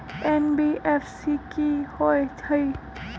NBFC कि होअ हई?